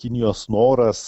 kinijos noras